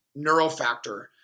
NeuroFactor